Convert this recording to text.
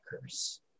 curse